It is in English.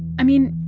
i mean,